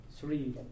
three